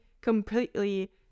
completely